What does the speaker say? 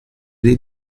dei